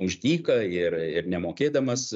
už dyka ir ir nemokėdamas